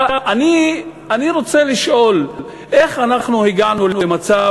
אני רוצה לשאול איך אנחנו הגענו למצב